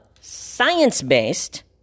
science-based